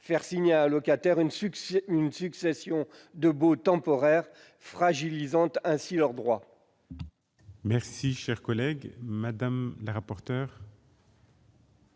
faire signer à un locataire une succession de baux temporaires, et fragiliser ainsi ses droits.